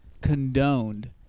condoned